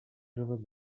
رود